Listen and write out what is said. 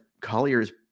Collier's